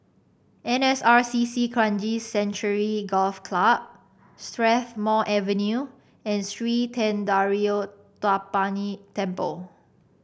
N S R C C Kranji Sanctuary Golf Club Strathmore Avenue and Sri Thendayuthapani Temple